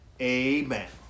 amen